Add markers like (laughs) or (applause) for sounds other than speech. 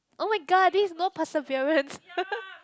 oh-my-god this is no perseverance (laughs)